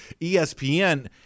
ESPN